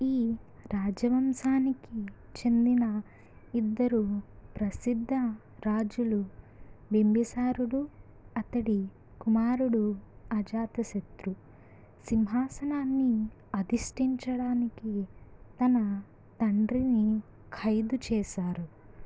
ఈ రాజవంశానికి చెందిన ఇద్దరు ప్రసిద్ధ రాజులు బింబిసారుడు అతడి కుమారుడు అజాతశత్రు సింహాసనాన్ని అధిష్టించడానికి తన తండ్రిని ఖైదు చేశారు